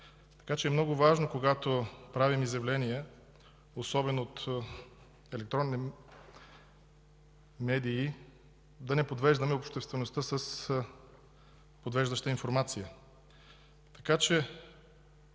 проектиране. Много е важно, когато правим изявления, особено по електронни медии, да не подвеждаме обществеността с подвеждаща информация. Като